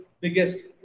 biggest